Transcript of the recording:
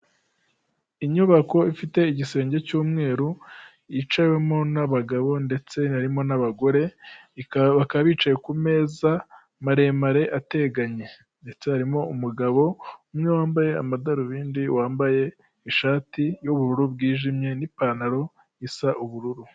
Inyubako ifite igisenge cy'umweru yicawemo n'abagabo ndetse harimo n'abagore, bakaba bicaye ku meza maremare ateganye, ndetse harimo umugabo umwe wambaye amadarubindi wambaye ishati y'ubururu bwijimye n'ipantaro isa ubururu.